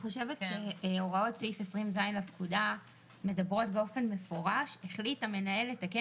הוראות סעיף 20ז לפקודה אומרות במפורש: "החליט המנהל לתקן